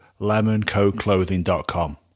LemonCoClothing.com